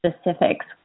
specifics